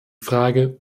frage